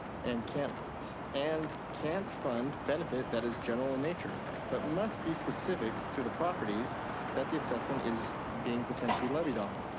and can't and can't fund benefit that is general in nature, but must be specific to the properties that the assessment is being potentially levied on.